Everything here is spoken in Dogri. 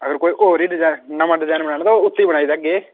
अगर कोई होर ही डजैन नमां डजैन बनाना ते उत्त बी बनाई देगे